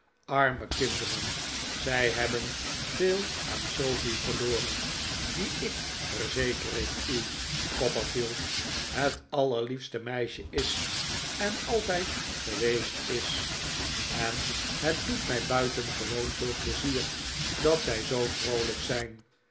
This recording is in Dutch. arme kinderen zij hebben veel aan sofie verloren die ik verzeker u copperfield het allerliefste meisje is en altijd geweest is en het doet mij buitengewoon veel pleizier dat zij zoo vroolijk zijn